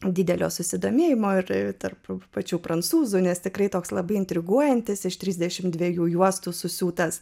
didelio susidomėjimo ir tarp pačių prancūzų nes tikrai toks labai intriguojantis iš trisdešimt dviejų juostų susiūtas